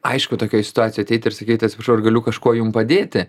aišku tokioj situacijoj ateiti ir sakyti atsiprašau ar galiu kažkuo jum padėti